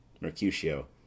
Mercutio